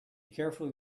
carefully